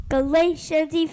Galatians